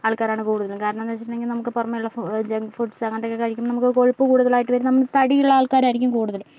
ആൾക്കാരാണ് കൂടുതലും കാരണമെന്ന് വെച്ചിട്ടുണ്ടെങ്കിൽ നമുക്ക് പുറമെയുള്ള ജംഗ് ഫുഡ്സ് അങ്ങനത്തെ ഒക്കെ കഴിക്കുമ്പോഴാണ് നമുക്ക് കൊഴുപ്പ് കൂടുതലായിട്ട് വരുന്ന തടിയുള്ള ആൾക്കാർ ആയിരിക്കും കൂടുതൽ